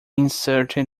inserted